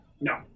No